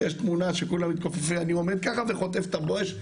יש תמונה שכולם מתכופפים ואני עומד ככה וחוטף את ה"בואש",